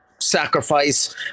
sacrifice